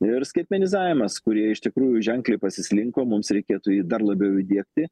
ir skaitmenizavimas kurie iš tikrųjų ženkliai pasislinko mums reikėtų jį dar labiau įdiegti